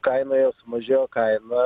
kaina jau sumažėjo kaina